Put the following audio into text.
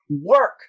work